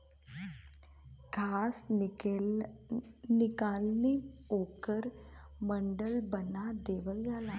घास निकलेला ओकर बंडल बना देवल जाला